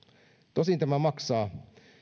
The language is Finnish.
tosin tämä maksaa